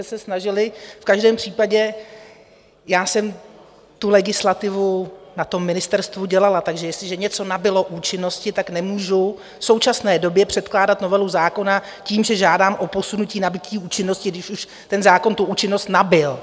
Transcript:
V každém případě, já jsem tu legislativu na tom ministerstvu dělala, takže jestliže něco nabylo účinnosti, nemůžu v současné době předkládat novelu zákona tím, že žádám o posunutí nabytí účinnosti, když už ten zákon tu účinnost nabyl.